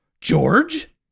George